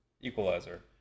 Equalizer